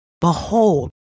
Behold